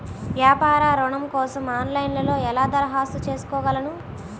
వ్యాపార ఋణం కోసం ఆన్లైన్లో ఎలా దరఖాస్తు చేసుకోగలను?